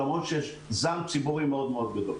למרות שיש זעם ציבורי מאוד מאוד גדול.